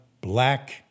black